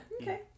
okay